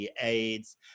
aids